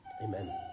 Amen